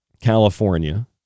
California